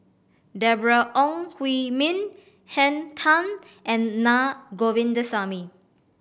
Deborah Ong Hui Min Henn Tan and Na Govindasamy